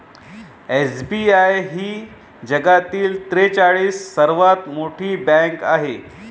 SBI ही जगातील त्रेचाळीस सर्वात मोठी बँक आहे